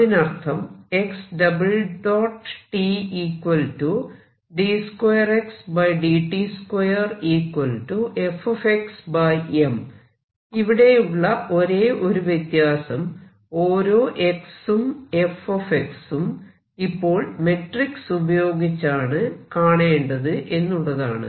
അതിനർത്ഥം ഇവിടെയുള്ള ഒരേ ഒരു വ്യത്യാസം ഓരോ x ഉം Fxഉം ഇപ്പോൾ മെട്രിക്സ് ഉപയോഗിച്ചാണ് കാണേണ്ടത് എന്നുള്ളതാണ്